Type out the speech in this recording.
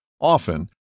Often